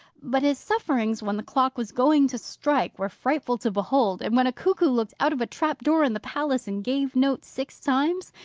but his sufferings when the clock was going to strike were frightful to behold and when a cuckoo looked out of a trap-door in the palace, and gave note six times,